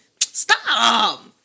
Stop